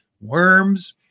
worms